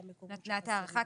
נתנה את ההארכה,